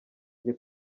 njye